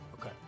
Okay